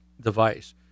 device